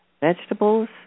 Vegetables